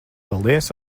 paldies